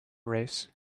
race